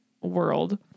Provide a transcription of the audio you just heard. world